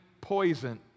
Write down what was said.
poison